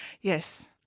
Yes